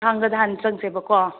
ꯊꯥꯡꯒꯗ ꯍꯥꯟꯅ ꯆꯪꯁꯦꯕꯀꯣ